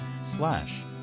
slash